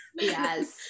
yes